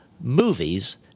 movies